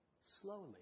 slowly